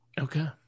Okay